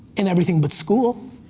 in everything but school.